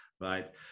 right